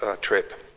trip